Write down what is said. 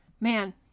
Man